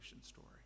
story